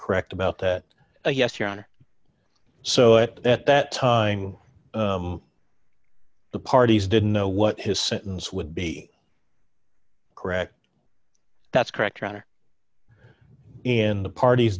correct about that yes your honor so it at that time the parties didn't know what his sentence would be correct that's correct your honor in the parties